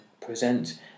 present